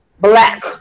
Black